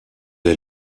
est